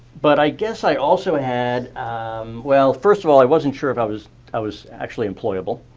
but i guess i also had well, first of all, i wasn't sure if i was i was actually employable,